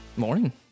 morning